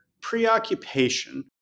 preoccupation